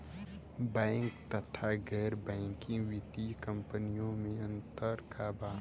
Bank तथा गैर banking वित्तीय कम्पनीयो मे अन्तर का बा?